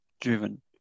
driven